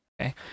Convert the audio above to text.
Okay